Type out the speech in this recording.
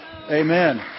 amen